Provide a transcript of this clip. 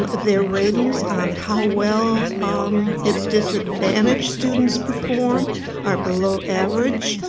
um their ratings on how well um its disadvantaged students perform are below average.